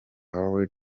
hawaii